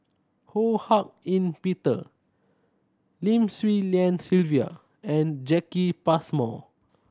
Ho Hak Ean Peter Lim Swee Lian Sylvia and Jacki Passmore